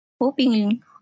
Hoping